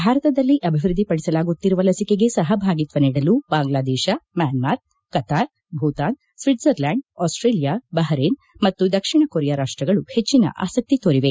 ಭಾರತದಲ್ಲಿ ಅಭಿವ್ವದ್ದಿಪಡಿಸಲಾಗುತ್ತಿರುವ ಲಸಿಕೆಗೆ ಸಹಭಾಗಿತ್ವ ನೀಡಲು Bangladesh Myanmar Qatar Bhutan Switzerland Australia Bahrain ಮತ್ತು ದಕ್ಷಿಣ ಕೊರಿಯಾ ರಾಷ್ಟಗಳು ಹೆಜ್ಜಿನ ಆಸಕ್ತಿ ತೋರಿವೆ